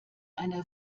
einer